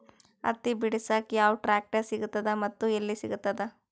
ಹತ್ತಿ ಬಿಡಸಕ್ ಯಾವ ಟ್ರಾಕ್ಟರ್ ಸಿಗತದ ಮತ್ತು ಎಲ್ಲಿ ಸಿಗತದ?